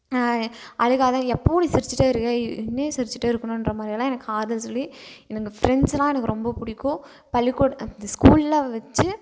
அழுகாதே எப்போவும் நீ சிரித்துட்டே இருக்கற இனி சிரித்துட்டே இருக்கணுன்ற மாதிரி எல்லாம் எனக்கு ஆறுதல் சொல்லி எனக்கு ஃப்ரெண்ட்ஸுனால் எனக்கு ரொம்ப பிடிக்கும் பள்ளிக்கூட் இந்த ஸ்கூலில் வச்சி